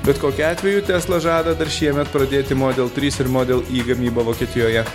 bet kokiu atveju tesla žada dar šiemet pradėti model trys ir model gamybą vokietijoje